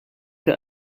der